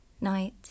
Night